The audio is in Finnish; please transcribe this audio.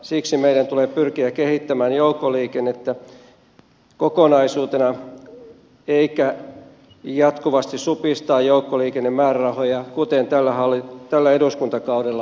siksi meidän tulee pyrkiä kehittämään joukkoliikennettä kokonaisuutena eikä jatkuvasti supistaa joukkoliikennemäärärahoja kuten tällä eduskuntakaudella on tehty